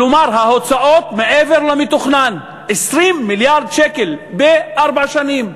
כלומר ההוצאות מעבר למתוכנן 20 מיליארד שקלים בארבע שנים,